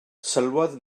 sylwodd